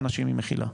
כמה אנשים היא מכילה?